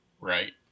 right